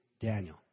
Daniel